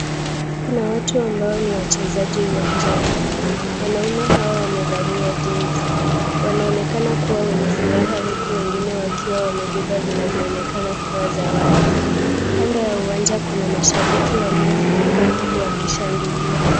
Kuna watú ambao ni wachezaji uwanjani wanaume hao wamevalia jezi wanaonekana kuwa wenye furaha huku wengine wamebeba vinavyoonekana kuwa zawadi. Kando ya uwanja kuna mashabiki waliofurika uku wakishangilia.